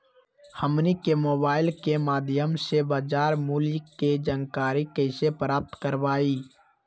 हमनी के मोबाइल के माध्यम से बाजार मूल्य के जानकारी कैसे प्राप्त करवाई?